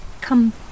come